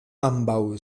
ambaŭ